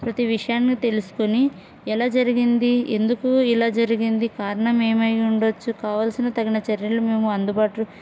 ప్రతి విషయాన్ని తెలుసుకొని ఎలా జరిగింది ఎందుకు ఇలా జరిగింది కారణం ఏమై ఉండొచ్చు కావాల్సిన తగిన చర్యలు మేము అందుబాటు